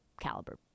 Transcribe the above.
caliber